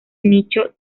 nicho